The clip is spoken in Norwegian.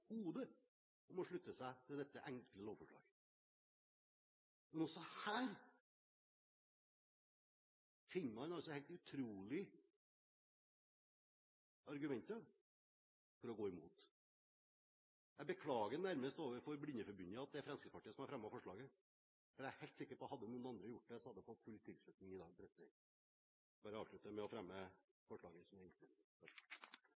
om å slutte seg til dette enkle lovforslaget. Men også her finner man helt utrolige argumenter for å gå imot. Jeg nærmest beklager overfor Blindeforbundet at det er Fremskrittspartiet som har fremmet forslaget, for jeg er helt sikker på at hadde noen andre gjort det, hadde det fått full tilslutning i dag. Jeg vil avslutte med å fremme